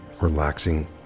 relaxing